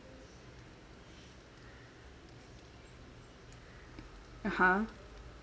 (uh huh)